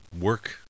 work